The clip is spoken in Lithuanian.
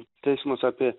teismas apie